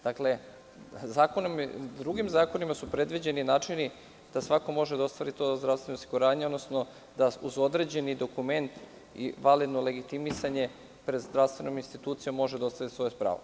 Dakle, drugim zakonima su predviđeni načini da svako može da ostvari to zdravstveno osiguranje, odnosno da uz određeni dokument, validno legitimisanje, pred zdravstvenom institucijom može da ostvari to svoje pravo.